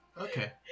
Okay